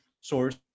source